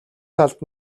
талд